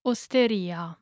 Osteria